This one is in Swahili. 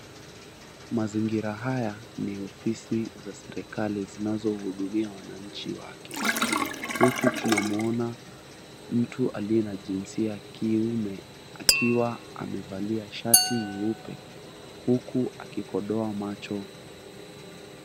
Mazingira haya ofisi za serikali zinazohudumia wananchi wake, huku tunaona mtu aliye na jinsia ya kiume akiwa amevalia shati nyeupe huku akikodoa macho.